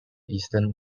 eastern